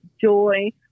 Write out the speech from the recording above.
joy